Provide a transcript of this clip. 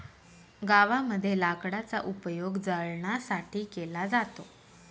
गावामध्ये लाकडाचा उपयोग जळणासाठी केला जातो